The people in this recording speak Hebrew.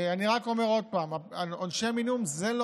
אני רק אומר עוד פעם: עונשי מינימום הם לא